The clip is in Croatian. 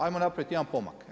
Ajmo napraviti jedan pomak.